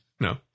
No